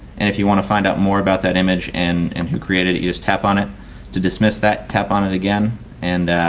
and if you want to find out more about that image and and who created it you just tap on it to dismiss that tap on it again and